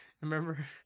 Remember